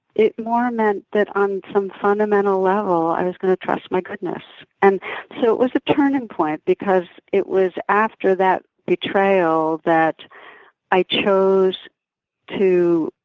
it more meant that, on some fundamental level, i was going to trust my goodness. and so it was a turning point because it was after that betrayal that i chose to,